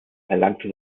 erlangte